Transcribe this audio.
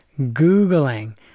Googling